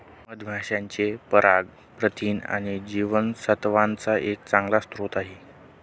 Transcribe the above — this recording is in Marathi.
मधमाशांचे पराग प्रथिन आणि जीवनसत्त्वांचा एक चांगला स्रोत आहे